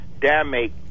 damage